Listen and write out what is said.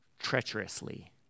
treacherously